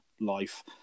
life